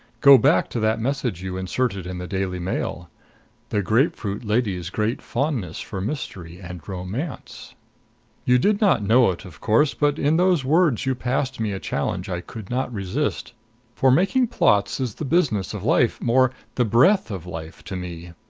go back to that message you inserted in the daily mail the grapefruit lady's great fondness for mystery and romance you did not know it, of course but in those words you passed me a challenge i could not resist for making plots is the business of life more, the breath of life to me.